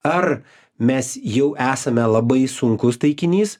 ar mes jau esame labai sunkus taikinys